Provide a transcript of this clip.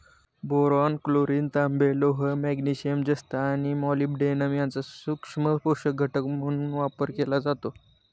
boron, chlorine, तांबे, लोह, magnesium, जस्त आणि मॉलिब्डेनम यांचा सूक्ष्म पोषक घटक म्हणून वापर केला जातो